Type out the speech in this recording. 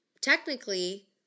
technically